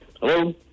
Hello